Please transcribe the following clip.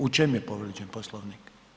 U čemu je povrijeđen Poslovnik?